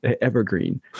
evergreen